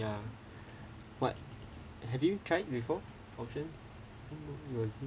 ya what have you tried before options was you